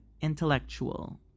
Intellectual